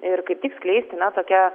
ir kaip tik skleisti na tokią